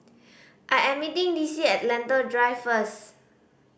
I am meeting Dicie at Lentor Drive first